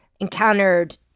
encountered